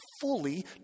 fully